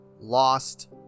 lost